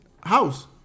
House